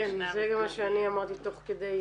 כן, זה גם מה שאני אמרתי תוך כדיי.